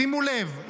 שימו לב,